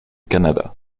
canada